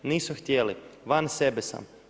Nisu htjeli, van sebe sam.